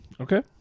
Okay